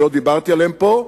שלא דיברתי עליהם פה,